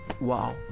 Wow